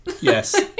yes